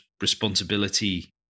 responsibility